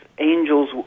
angels